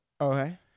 Okay